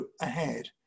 ahead